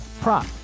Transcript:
prop